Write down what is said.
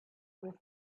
with